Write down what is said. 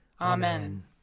Amen